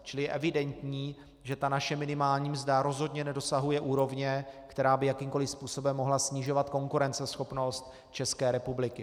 Čili je evidentní, že naše minimální mzda rozhodně nedosahuje úrovně, která by jakýmkoli způsobem mohla snižovat konkurenceschopnost České republiky.